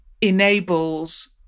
enables